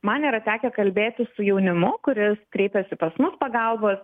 man yra tekę kalbėtis su jaunimu kuris kreipiasi pas mus pagalbos